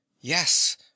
Yes